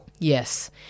Yes